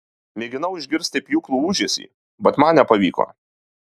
mėginau išgirsti pjūklų ūžesį bet man nepavyko